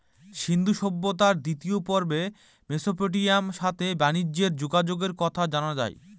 সিন্ধু সভ্যতার দ্বিতীয় পর্বে মেসোপটেমিয়ার সাথে বানিজ্যে যোগাযোগের কথা জানা যায়